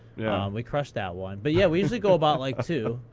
yeah we crushed that one. but yeah, we usually go about like two.